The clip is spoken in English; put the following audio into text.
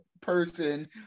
person